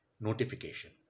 notification